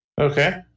okay